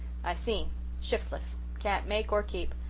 i see shiftless can't make or keep.